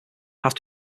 have